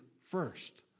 first